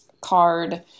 card